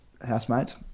housemates